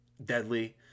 Deadly